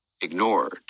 ignored